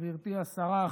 גברתי השרה,